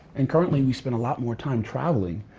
and currently we spend a lot more time traveling,